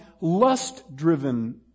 lust-driven